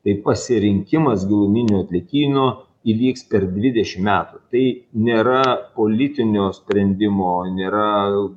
tai pasirinkimas giluminių atliekynų įvyks per dvidešim metų tai nėra politinio sprendimo nėra